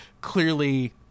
clearly